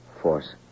force